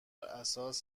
اساس